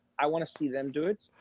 i want to see them do it.